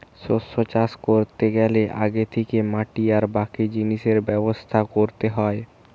শস্য চাষ কোরতে গ্যালে আগে থিকে মাটি আর বাকি জিনিসের ব্যবস্থা কোরতে হয়